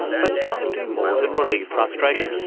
but does it do more than relieve frustration?